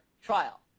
trial